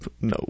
No